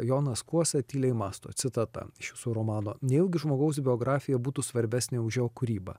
jonas kuosa tyliai mąsto citata iš jūsų romano nejaugi žmogaus biografija būtų svarbesnė už jo kūrybą